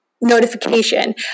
notification